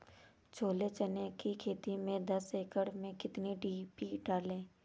छोले चने की खेती में दस एकड़ में कितनी डी.पी डालें?